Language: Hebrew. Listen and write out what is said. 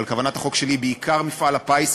אבל כוונת החוק שלי היא בעיקר מפעל הפיס,